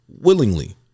willingly